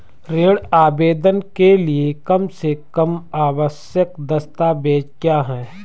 ऋण आवेदन के लिए कम से कम आवश्यक दस्तावेज़ क्या हैं?